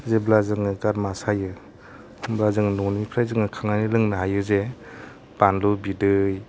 जेब्ला जोङो गारमा सायो होमबा जों न'निफ्राय जोङो खांनानै लोंनो हायोजे बानलु बिदै